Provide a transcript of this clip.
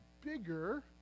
bigger